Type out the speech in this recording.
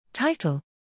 title